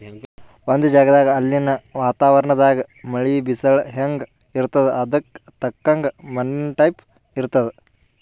ಒಂದ್ ಜಗದಾಗ್ ಅಲ್ಲಿನ್ ವಾತಾವರಣದಾಗ್ ಮಳಿ, ಬಿಸಲ್ ಹೆಂಗ್ ಇರ್ತದ್ ಅದಕ್ಕ್ ತಕ್ಕಂಗ ಮಣ್ಣಿನ್ ಟೈಪ್ ಇರ್ತದ್